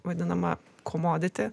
vadinama komoditi